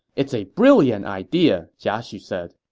it's a brilliant idea, jia xu said,